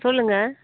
சொல்லுங்கள்